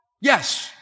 yes